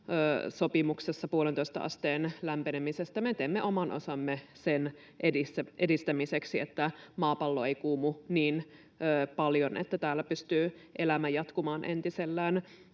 ilmastosopimuksessa puolentoista asteen lämpenemisestä. Me teemme oman osamme sen edistämiseksi, että maapallo ei kuumu niin paljon, että täällä pystyy elämä jatkumaan entisellään.